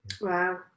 Wow